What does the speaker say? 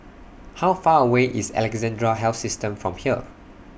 How Far away IS Alexandra Health System from here